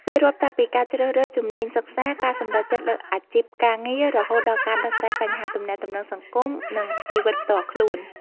វារាប់ចាប់ពីការជ្រើសរើសជំនាញសិក្សា ការសម្រេចចិត្តលើអាជីពការងារ រហូតដល់ការដោះស្រាយបញ្ហាទំនាក់ទំនងសង្គម និងជីវិតផ្ទាល់ខ្លួន។